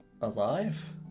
alive